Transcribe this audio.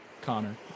Connor